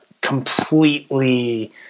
completely